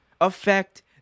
affect